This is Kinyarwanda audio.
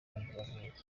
baravura